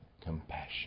compassion